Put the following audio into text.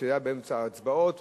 שהיתה באמצע ההצבעות.